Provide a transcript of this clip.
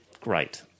Great